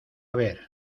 ver